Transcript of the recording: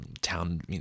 town